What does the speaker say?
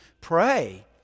pray